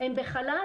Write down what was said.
הם בחל"ת,